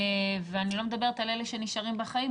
ואני לא מדברת על אלה שנשארים בחיים,